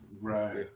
right